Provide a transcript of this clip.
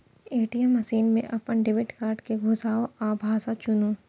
ATM machine मे अपन debit card कें घुसाउ आ भाषा चुनू